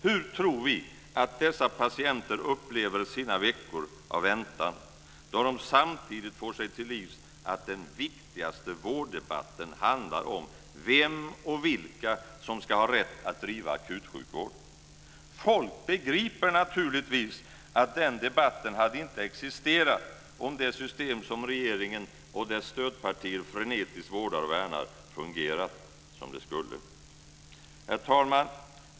Hur tror vi att dessa patienter upplever sina veckor av väntan, då de samtidigt får sig till livs att den viktigaste vårddebatten handlar om vem och vilka som ska ha rätt att driva akutsjukvård? Folk begriper naturligtvis att den debatten inte hade existerat om det system som regeringen och dess stödpartier frenetiskt vårdar och värnar fungerat som det skulle. Herr talman!